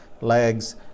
legs